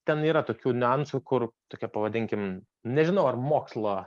ten yra tokių niuansų kur tokia pavadinkim nežinau ar mokslo